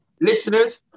listeners